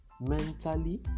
mentally